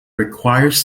requires